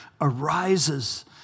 arises